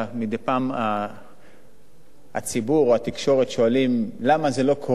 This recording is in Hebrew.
מדי פעם הציבור או התקשורת שואלים למה זה לא קורה,